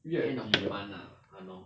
end of the month lah !hannor!